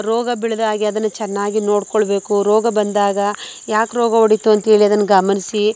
ರೋಗ ಬೀಳದಾಗೆ ಅದನ್ನು ಚೆನ್ನಾಗಿ ನೋಡ್ಕೊಳ್ಬೇಕು ರೋಗ ಬಂದಾಗ ಯಾಕೆ ರೋಗ ಹೊಡೀತು ಅಂಥೇಳಿ ಅದನ್ನ ಗಮನಿಸಿ